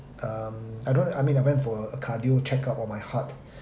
um I don't want to I mean I went for a a cardio check up of my heart